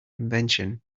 invention